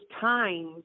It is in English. times